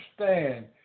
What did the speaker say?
understand